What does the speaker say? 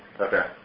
okay